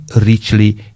richly